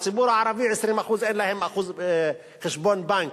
בציבור הערבי 20% אין להם חשבון בנק,